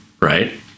right